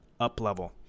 Uplevel